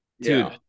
dude